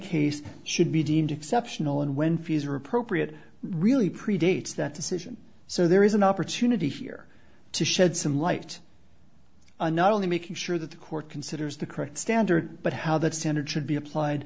case should be deemed exceptional and when fees are appropriate really predates that decision so there is an opportunity here to shed some light on not only making sure that the court considers the correct standard but how that standard should be applied